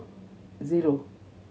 zero